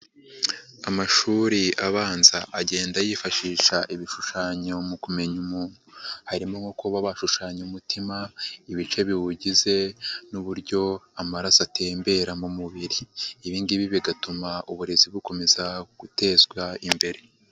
Amashuri abanza agenda yifashisha ibishushanyo mu kumenya umuntu, harimo nko kuba bashushanya umutima ibice biwugize, n'uburyo amaraso atembera mu mubiri ,ibi ngibi bigatuma uburezi bukomeza gutezwa imbere.